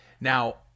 Now